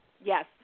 Yes